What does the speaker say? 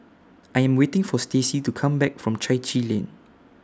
I Am waiting For Stacy to Come Back from Chai Chee Lane